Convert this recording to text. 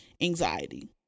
anxiety